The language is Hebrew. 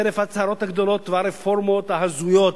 חרף ההצהרות הגדולות והרפורמות ההזויות,